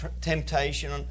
temptation